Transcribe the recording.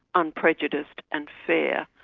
unprejudiced and fair,